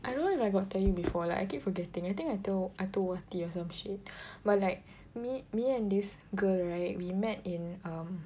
I don't know if I got tell you before like I keep forgetting I think I told I told Wati or some shit but like me me and this girl right we met in um